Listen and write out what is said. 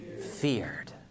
Feared